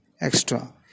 extra